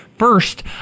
First